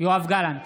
יואב גלנט,